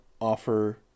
offer